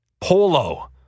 polo